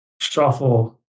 shuffle